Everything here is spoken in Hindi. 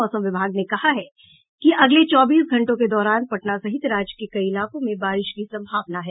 मौसम विभाग ने कहा है कि अगले चौबीस घंटों के दौरान पटना सहित राज्य के कई इलाकों में बारिश की सम्भावना है